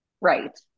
Right